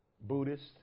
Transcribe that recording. Buddhist